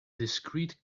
discrete